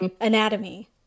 anatomy